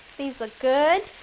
these look good.